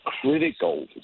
critical